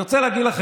תודה רבה,